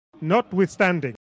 notwithstanding